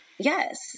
Yes